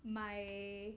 my